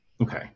okay